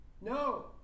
No